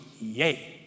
Yay